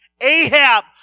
Ahab